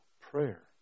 prayer